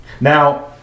Now